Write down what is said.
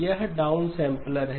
यह डाउनसैंपलर है